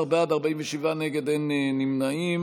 18 בעד, 47 נגד, אין נמנעים.